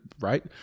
right